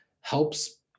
helps